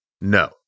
No